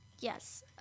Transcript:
Yes